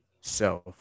self